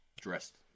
dressed